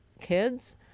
kids